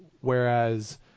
whereas